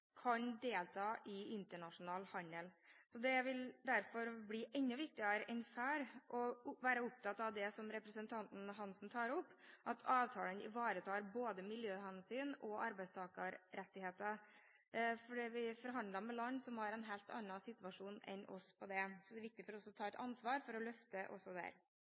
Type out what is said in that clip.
kan delta i internasjonal handel. Det vil derfor bli enda viktigere enn før å være opptatt av det som representanten Svein Roald Hansen tar opp – at avtalene ivaretar både miljøhensyn og arbeidstakerrettigheter – for vi forhandler med land som har en helt annen situasjon enn oss på det området. Så det er viktig for oss å ta et ansvar for å løfte, også der.